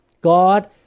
God